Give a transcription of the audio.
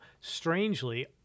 strangely